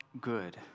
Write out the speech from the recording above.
good